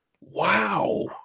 wow